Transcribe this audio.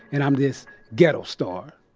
and i'm this ghetto star.